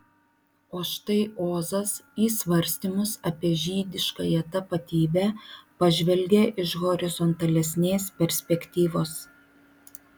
o štai ozas į svarstymus apie žydiškąją tapatybę pažvelgia iš horizontalesnės perspektyvos